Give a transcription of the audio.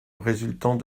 résultant